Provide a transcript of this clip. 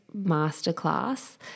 masterclass